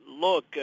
look